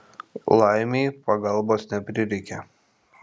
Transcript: laimei pagalbos neprireikė